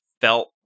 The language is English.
felt